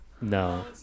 No